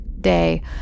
day